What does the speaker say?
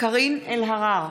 קארין אלהרר,